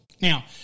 Now